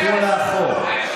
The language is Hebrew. לכו לאחור.